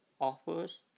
offers